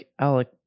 Alec